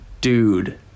dude